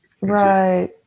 right